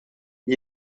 igl